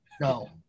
no